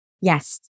Yes